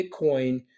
Bitcoin